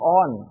on